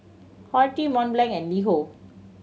Horti Mont Blanc and LiHo